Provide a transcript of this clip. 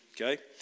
Okay